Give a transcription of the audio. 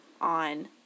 on